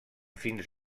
fins